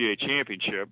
Championship